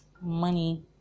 money